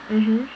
mmhmm